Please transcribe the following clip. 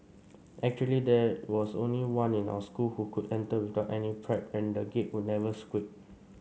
actually there was only one in our school who could enter without any prep and the Gate would never squeak